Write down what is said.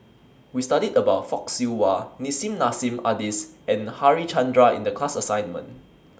We studied about Fock Siew Wah Nissim Nassim Adis and Harichandra in The class assignment